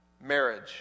marriage